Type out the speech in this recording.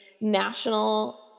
national